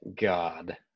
God